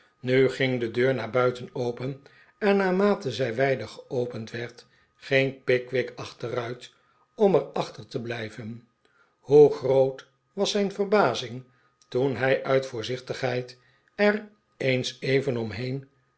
nu ging de deur naar buiten open en naarmate zij wijder geopend werd ging pickwick achteruit om er achter te blijven hoe groot was zijn verbazing toen hij uit voorzichtigheid er eens even omheen